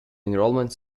enrollment